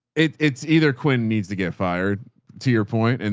it's it's either quinn needs to get fired to your point. and